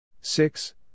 six